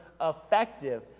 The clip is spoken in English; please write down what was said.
effective